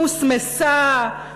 מוסמסה,